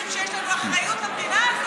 משום שיש לנו אחריות למדינה הזאת,